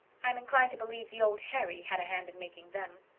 i'm inclined to believe the old harry had a hand in making them.